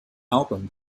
album